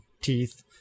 teeth